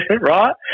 Right